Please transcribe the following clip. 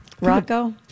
Rocco